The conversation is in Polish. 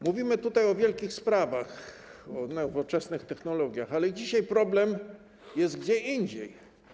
Mówimy tutaj o wielkich sprawach, o nowoczesnych technologiach, ale dzisiaj problem jest gdzie indziej.